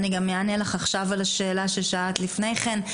גם אענה לך עכשיו על השאלה ששאלת לפני כן,